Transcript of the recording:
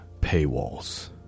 paywalls